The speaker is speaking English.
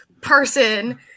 person